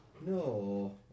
No